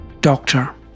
doctor